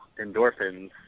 endorphins